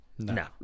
No